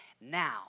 now